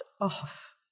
off